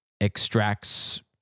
extracts